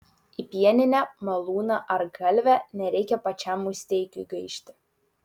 į pieninę malūną ar kalvę nereikia pačiam musteikiui gaišti